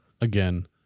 again